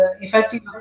effective